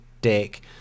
dick